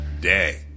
day